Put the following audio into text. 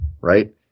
right